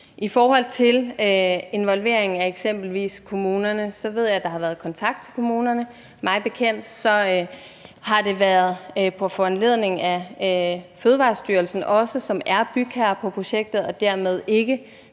I forhold til involvering af eksempelvis kommunerne ved jeg, at der har været kontakt til kommunerne. Mig bekendt har det også været på foranledning af Fødevarestyrelsen, som er bygherre på projektet, og den opgave